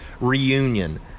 Reunion